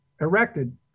erected